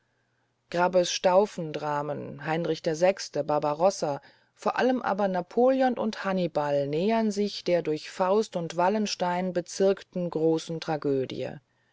ab grabbes stauffendramen heinrich vi barbarossa vor allem aber napoleon und hannibal nähern sich der durch faust und wallenstein bezirkten großen tragödie